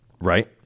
Right